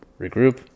regroup